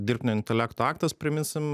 dirbtinio intelekto aktas priminsim